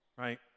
right